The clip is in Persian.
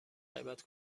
غیبت